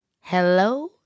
Hello